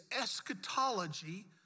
eschatology